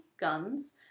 guns